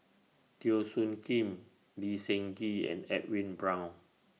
Teo Soon Kim Lee Seng Gee and Edwin Brown